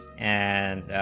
and,